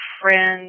friend